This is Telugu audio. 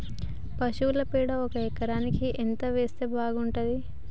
పశువుల పేడ ఒక ఎకరానికి ఎంత వేస్తే బాగుంటది?